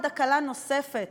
הקלה נוספת